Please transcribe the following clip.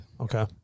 Okay